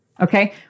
okay